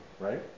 Right